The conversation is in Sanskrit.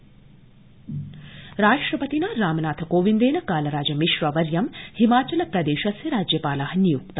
राष्ट्रपति राष्ट्रपतिना रामनाथ कोविन्तेन कालराजमिश्रा वर्य हिमाचल प्रतेशस्य राज्यपाल निय्क्त